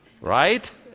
right